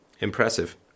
impressive